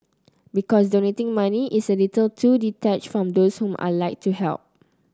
because donating money is a little too detached from those whom I'd like to help